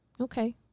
Okay